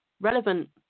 relevant